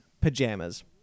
pajamas